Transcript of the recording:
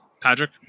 Patrick